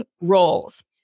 roles